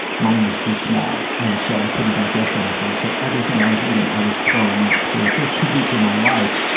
mine was too small, and so i couldn't digest anything, so everything i was eating i was throwing up. so, the first two weeks of my life,